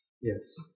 Yes